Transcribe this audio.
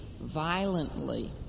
violently